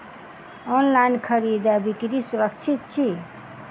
online खरीदै बिक्री सुरक्षित छी